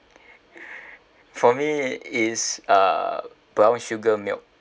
for me is uh brown sugar milk